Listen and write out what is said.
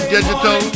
Digital